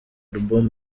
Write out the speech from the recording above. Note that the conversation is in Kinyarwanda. album